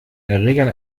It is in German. erregern